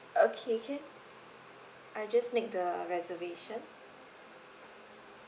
okay can I'll just make the reservation